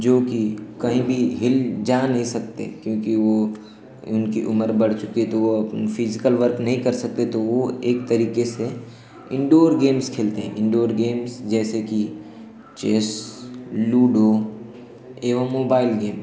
जोकि कहीं भी हिल जा नहीं सकते क्योंकि वह उनकी उमर बढ़ चुकी है तो वह अपन फिज़िकल वर्क नहीं कर सकते तो वह एक तरीके से इनडोर गेम्स खेलते हैं इनडोर गेम्स जैसे कि चेस लूडो एवं मोबाइल गेम्स